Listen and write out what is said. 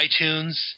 iTunes